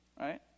right